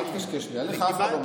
אל תקשקש לי, עליך אף אחד לא מנסה.